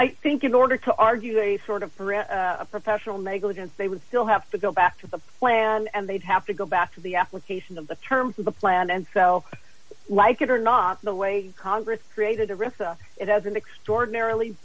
i think in order to argue a sort of pariah a professional negligence they would still have to go back to the plan and they'd have to go back to the application of the terms of the plan and so like it or not the way congress created a risk it has an extraordinarily